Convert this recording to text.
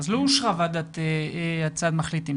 אז לא אושרה הצעת מחליטים.